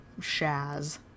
shaz